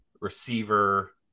receiver